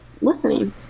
listening